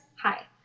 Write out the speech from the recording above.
Hi